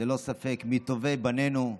ללא ספק מטובי בנינו,